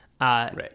Right